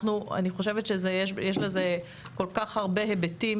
אני חושבת שיש לזה כל כך הרבה היבטים